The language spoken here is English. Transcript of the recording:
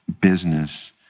business